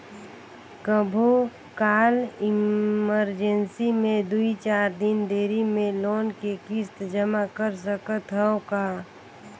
कभू काल इमरजेंसी मे दुई चार दिन देरी मे लोन के किस्त जमा कर सकत हवं का?